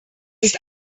ist